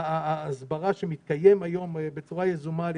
ההסברה שמתקיים היום בצורה יזומה על